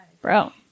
Bro